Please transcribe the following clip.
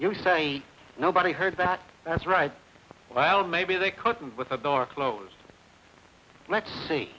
you say nobody heard that that's right well maybe the cousin with the door closed let's see